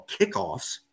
kickoffs